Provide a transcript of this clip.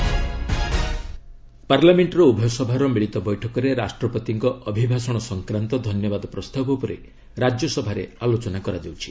Rajya Sabha discussion ପାର୍ଲାମେଣ୍ଟର ଉଭୟ ସଭାର ମିଳିତ ବୈଠକରେ ରାଷ୍ଟ୍ରପତିଙ୍କ ଅଭିଭାଷଣ ସଂକ୍ରାନ୍ତ ଧନ୍ୟବାଦ ପ୍ରସ୍ତାବ ଉପରେ ରାଜ୍ୟସଭାରେ ଆଲୋଚନା କରାଯାଉଛି